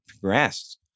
progressed